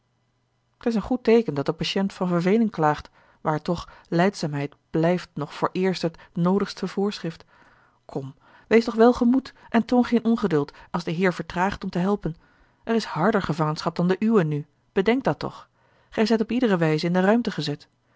t is een goed teeken dat de patiënt van verveling klaagt maar toch lijdzaamheid blijft nog vooreerst het noodigste voorschrift kom wees toch welgemoed en toon geen ongeduld als de heer vertraagt om te helpen er is harder gevangenschap dan de uwe nù bedenk dat toch gij zijt op iedere wijze in de ruimte gezet